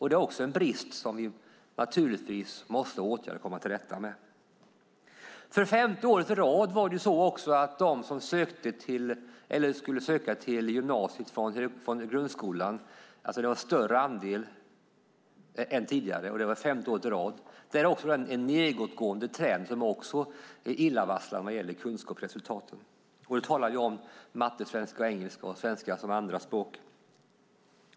Det är en brist som vi måste åtgärda och komma till rätta med, För femte året i rad var de som skulle söka till gymnasiet från grundskolan en större andel än tidigare. Det är nedåtgående trend som är illavarslande vad gäller kunskapsresultaten. Då talar vi om matematik, svenska, engelska och svenska som andra språk.